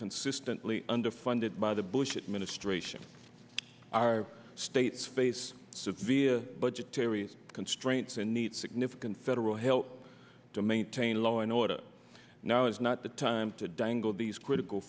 consistently underfunded by the bush administration our state's face severe budgetary constraints and needs significant federal help to maintain law and order now is not the time to dangle these critical